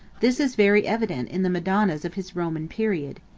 this is very evident in the madonnas of his roman period.